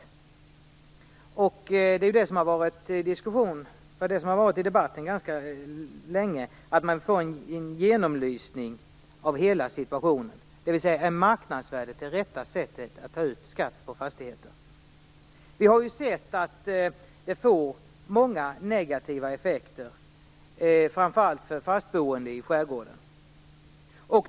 Det är just detta som har diskuterats i debatten ganska länge - att man får en genomlysning av hela situationen och frågar sig om marknadsvärdet är det rätta sättet att beräkna skatten på fastigheter. Vi har ju sett att det får många negativa effekter, framför allt för fastboende i skärgården.